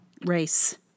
race